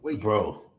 bro